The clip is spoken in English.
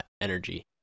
energy